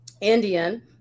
indian